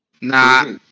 Nah